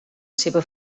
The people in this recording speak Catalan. seva